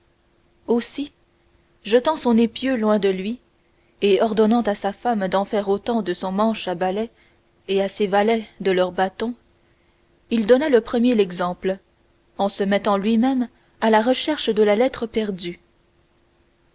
aussi jetant son épieu loin de lui et ordonnant à sa femme d'en faire autant de son manche à balai et à ses valets de leurs bâtons il donna le premier l'exemple en se mettant lui-même à la recherche de la lettre perdue